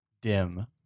dim